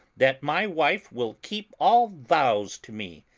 that my wife will keep all vows to me,